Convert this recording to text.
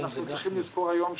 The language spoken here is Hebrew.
אנחנו צריכים לזכור היום,